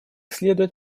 следует